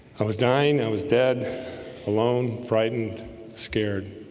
i was dying. i was dead alone frightened scared.